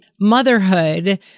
motherhood